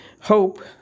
hope